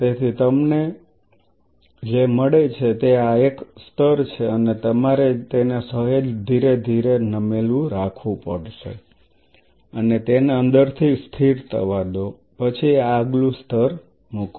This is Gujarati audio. તેથી તમે તમને જે મળે છે તે આ એક સ્તર છે અને તમારે તેને સહેજ ધીરે ધીરે નમેલું રાખવું પડશે અને તેને અંદરથી સ્થિર થવા દો પછી આગલું સ્તર મૂકો